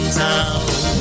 town